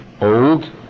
old